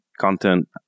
content